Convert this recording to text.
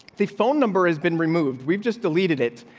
the phone number has been removed. we've just deleted it.